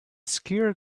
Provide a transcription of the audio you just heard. skier